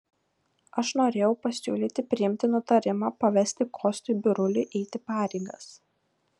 aš norėjau pasiūlyti priimti nutarimą pavesti kostui biruliui eiti pareigas